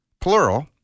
plural